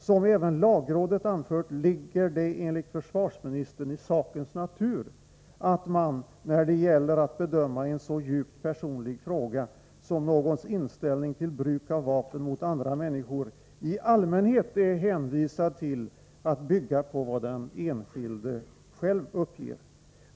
Som även lagrådet anfört ligger det enligt försvarsministern i sakens natur att man, när det gäller att bedöma en så djupt personlig fråga som någons inställning till bruk av vapen mot andra människor, i allmänhet är hänvisad till att bygga på vad den enskilde själv uppger.